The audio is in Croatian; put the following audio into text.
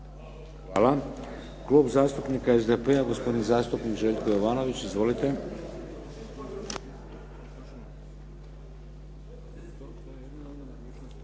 Hvala. Klub zastupnika SDP-a gospodin zastupnik Željko Jovanović. Izvolite.